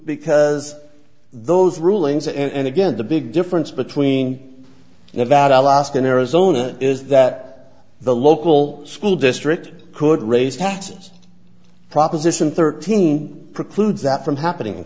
because those rulings and again the big difference between now that i'll ask in arizona is that the local school district could raise taxes proposition thirteen precludes that from happening in